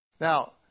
Now